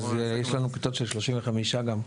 אז יש לנו כיתות של 35 תלמידים גם.